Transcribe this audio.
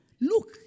Look